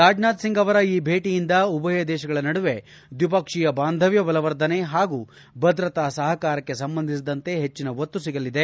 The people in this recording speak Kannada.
ರಾಜನಾಥ್ ಸಿಂಗ್ ಅವರ ಈ ಭೇಟಿಯಿಂದ ಉಭಯ ದೇಶಗಳ ನಡುವೆ ದ್ವಿಪಕ್ಷೀಯ ಬಾಂಧವ್ಯ ಬಲವರ್ಧನೆ ಹಾಗೂ ಭದ್ರತಾ ಸಹಕಾರಕ್ಕೆ ಸಂಬಂಧಿಸಿದಂತೆ ಹೆಚ್ಚಿನ ಒತ್ತು ಸಿಗಲಿದೆ